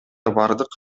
бардык